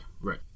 right